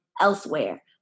elsewhere